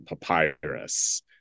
papyrus